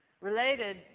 related